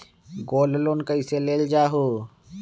Gold loan कईसे लेल जाहु?